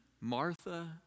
Martha